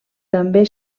també